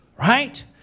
right